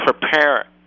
prepare